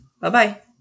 Bye-bye